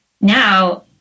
now